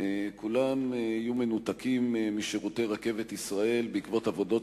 כולם יהיו מנותקים משירותי רכבת ישראל עקב עבודות